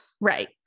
Right